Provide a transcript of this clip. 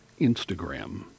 Instagram